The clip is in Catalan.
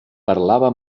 parlava